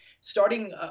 Starting